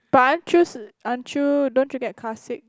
but aren't you aren't you don't you get car sick